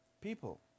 People